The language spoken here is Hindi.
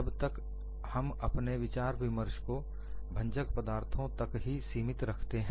जब तक हम अपने विचार विमर्श को भंजक पदार्थों तक ही सीमित रखते हैं